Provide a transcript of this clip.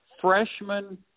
freshman